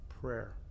prayer